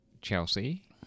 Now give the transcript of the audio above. Chelsea